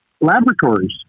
laboratories